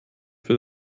für